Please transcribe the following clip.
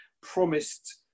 promised